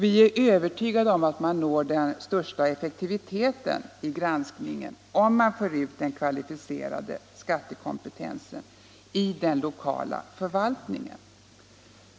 Vi är övertygade om att man når den största effektiviteten i granskningen om man för ut den kvalificerade skattekompetensen i den lokala förvaltningen.